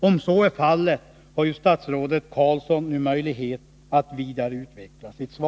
Om så är fallet, har ju statsrådet Roine Carlsson nu möjlighet att vidareutveckla detta.